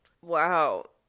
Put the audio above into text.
Wow